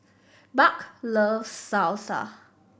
Buck loves Salsa